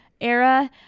era